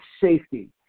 safety